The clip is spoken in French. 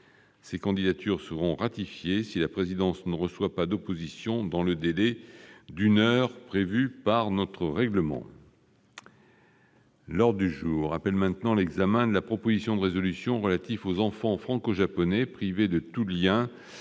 Ces candidatures seront ratifiées si la présidence ne reçoit pas d'opposition dans le délai d'une heure prévu par le règlement. L'ordre du jour appelle, à la demande du groupe La République En Marche, l'examen de la proposition de résolution relative aux enfants franco-japonais privés de tout lien